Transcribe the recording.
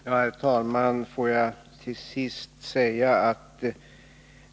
Herr talman!